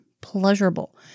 pleasurable